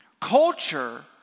Culture